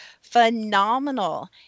phenomenal